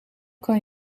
kan